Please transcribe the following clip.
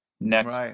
Next